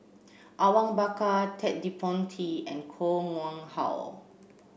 Awang Bakar Ted De Ponti and Koh Nguang How